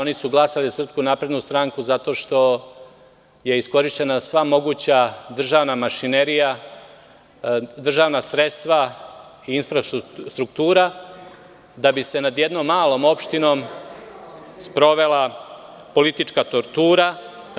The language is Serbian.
Oni su glasali za SNS zato što je iskorišćena sva moguća državna mašinerija, državna sredstva, infrastruktura da bi se nad jednom malom opštinom sprovela politička tortura.